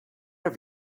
have